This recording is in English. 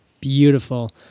Beautiful